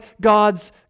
God's